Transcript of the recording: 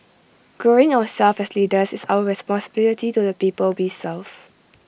growing ourselves as leaders is our responsibility to the people we serve